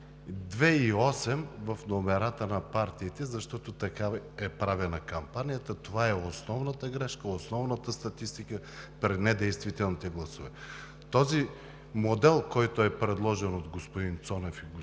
„2“ и „8“ в номерата на партиите, защото така е правена кампанията. Това е основната грешка, основната статистика при недействителните гласове. Моделът, който е предложен от господин Цонев и господин